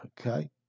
Okay